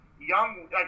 young